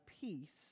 peace